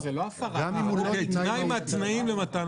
תנאי מהתנאים למתן